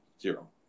zero